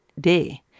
day